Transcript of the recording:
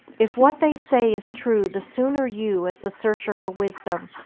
if what they say is true the sooner you, as a searcher for wisdom,